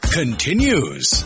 continues